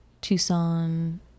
Tucson